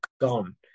gone